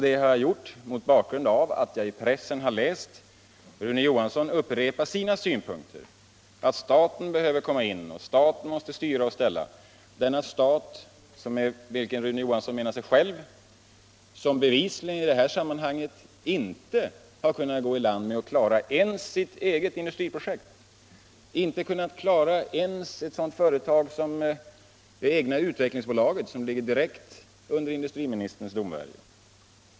Det har jag gjort mot bakgrund av att jag i pressen har läst hur Rune Johansson har upprepat sina synpunkter — att staten behöver komma in, att staten måste styra och ställa — där Rune Johansson med staten menar sig själv, som bevisligen inte har kunnat gå i land med att klara sitt eget industriprojekt eller t.ex. det egna utvecklingsbolaget, som ligger direkt under industriministerns domvärjo.